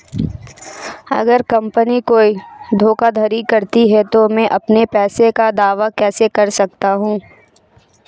अगर कंपनी कोई धोखाधड़ी करती है तो मैं अपने पैसे का दावा कैसे कर सकता हूं?